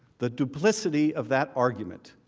the duplicity of that argument.